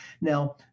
Now